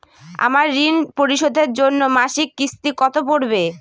আমার ঋণ পরিশোধের জন্য মাসিক কিস্তি কত পড়বে?